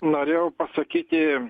norėjau pasakyti